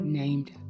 named